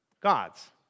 God's